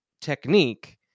technique